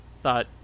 thought